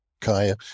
kaya